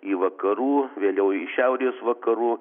į vakarų vėliau į šiaurės vakarų